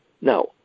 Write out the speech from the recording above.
Now